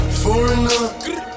foreigner